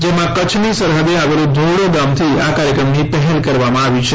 જેમાં કચ્છની સરહદે આવેલું ધોરડો ગામથી આ ક્રાર્યક્રમની પહેલ કરવામાં આવી છે